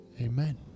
Amen